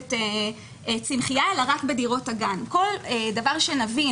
המשותפת צמחיה, אלא רק בדירות הגן, בכל דבר שנבין